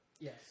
Yes